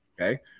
Okay